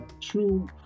true